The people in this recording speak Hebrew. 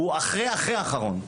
הוא אחרי אחרי אחרון.